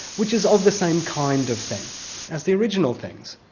which is of the same kind of thing as the original things.